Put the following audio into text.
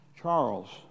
Charles